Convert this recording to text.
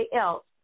else